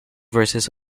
verses